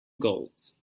golds